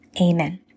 amen